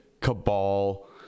cabal